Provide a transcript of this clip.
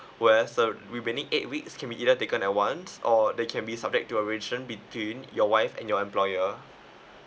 whereas uh remaining eight weeks can be either taken at once or they can be subject to arrangement between your wife and your employer